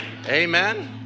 amen